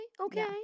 Okay